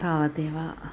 तावदेव